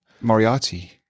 Moriarty